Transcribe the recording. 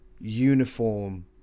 uniform